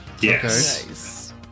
Yes